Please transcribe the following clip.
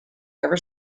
ever